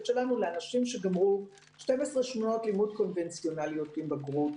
שלנו לאנשים שגמרו 12 שנות לימוד קונבנציונליות עם בגרות,